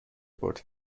بٌرد